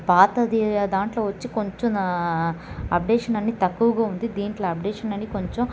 పాత దాంట్లో వచ్చి కొంచెం అప్డేషన్ అని తక్కువ ఉంది దీంట్లో అప్డేషన్ అని